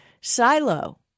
Silo